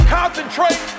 concentrate